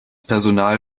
personal